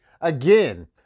again